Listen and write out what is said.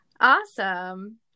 awesome